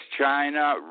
China